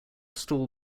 stall